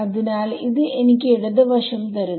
അതിനാൽ ഇത് എനിക്ക് ഇടത് വശം തരുന്നു